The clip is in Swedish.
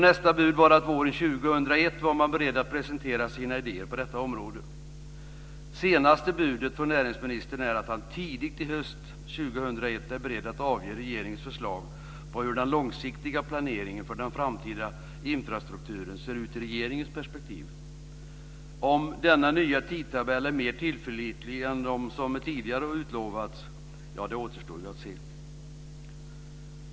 Nästa bud var att våren 2001 var man beredd att presentera sina idéer på detta område. Det senaste budet från näringsministern är att han tidigt i höst, år 2001, är beredd att avge regeringens förslag på hur den långsiktiga planeringen för den framtida infrastrukturen ser ut i regeringens perspektiv. Det återstår ju att se om denna nya tidtabell är mer tillförlitlig än de som tidigare utlovats.